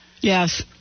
Yes